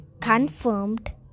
confirmed